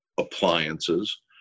appliances